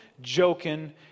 joking